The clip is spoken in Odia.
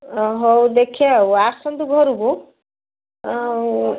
ହଉ ଦେଖିଆ ଆଉ ଆସନ୍ତୁ ଘରକୁ ଆଉ